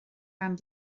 ben